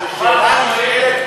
אני מבין שיש בעיה,